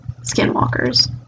skinwalkers